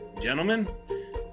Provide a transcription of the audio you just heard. Gentlemen